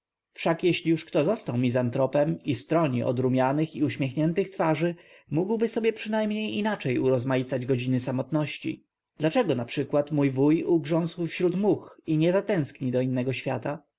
wszak jeśli już kto został mizantropem i stroni od rumianych i uśmiechniętych twarzy mógłby sobie przynajmniej inaczej urozmaicać godziny samotności dlaczego np mój wuj ugrzązł wśród much i niezatęskni do innego świata